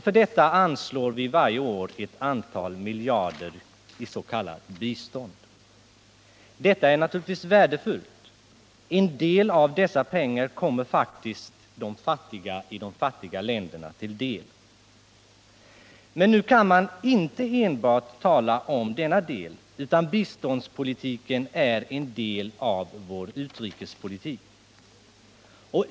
För detta anslår vi varje år ett antal miljarder is.k. bistånd. Detta är värdefullt; en del av dessa pengar kommer faktiskt de fattiga i de fattiga länderna till del. Men nu kan man inte enbart tala om biståndspolitiken, utan den är en del av vår utrikespolitik.